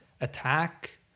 attack